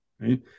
right